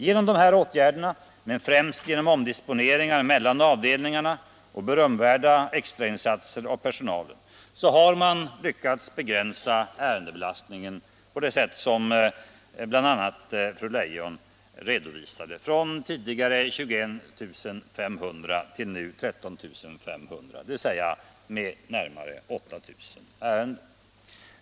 Genom de här åtgärderna men främst genom omdisponeringar mellan avdelningarna och berömvärda extrainsatser av personalen har man lyckats begränsa ärendebelastningen på det sätt som bl.a. fru Leijon redovisade, från tidigare 21 500 till nu 13 500, dvs. med närmare 8 000 ärenden.